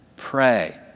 Pray